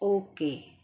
okay